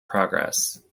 progress